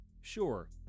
sure